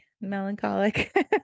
melancholic